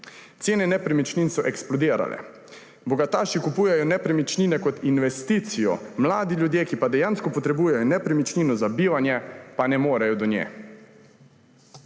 Cene nepremičnin so eksplodirale. Bogataši kupujejo nepremičnine kot investicijo, mladi ljudje, ki dejansko potrebujejo nepremičnino za bivanje, pa ne morejo do nje.